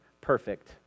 perfect